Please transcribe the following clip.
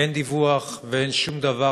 אין דיווח ואין שום דבר.